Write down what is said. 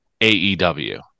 AEW